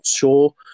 sure